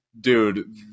dude